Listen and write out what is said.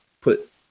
put